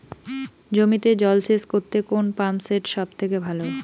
জমিতে জল সেচ করতে কোন পাম্প সেট সব থেকে ভালো?